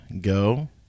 go